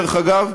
דרך אגב.